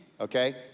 okay